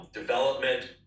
Development